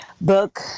book